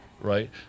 right